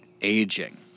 aging